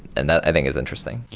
and that i think is interesting.